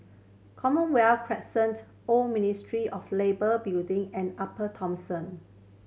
Commonwealth Crescent Old Ministry of Labour Building and Upper Thomson